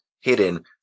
hidden